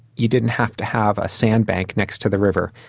you didn't have to have a sandbank next to the river.